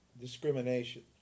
discrimination